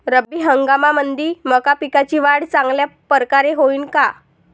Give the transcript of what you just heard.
रब्बी हंगामामंदी मका पिकाची वाढ चांगल्या परकारे होईन का?